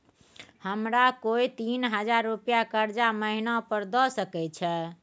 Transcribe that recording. हमरा कोय तीन हजार रुपिया कर्जा महिना पर द सके छै?